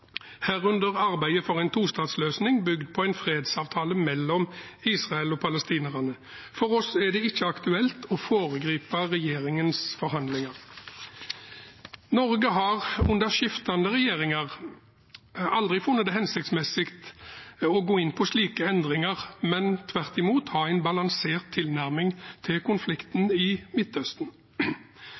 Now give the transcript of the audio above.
herunder arbeidet for en tostatsløsning bygd på en fredsavtale mellom Israel og palestinerne. For oss er det ikke aktuelt å foregripe regjeringens forhandlinger. Norge har under skiftende regjeringer aldri funnet det hensiktsmessig å gå inn på slike endringer, men tvert imot ha en balansert tilnærming til konflikten i Midtøsten.